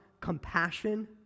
compassion